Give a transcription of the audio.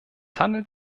handelt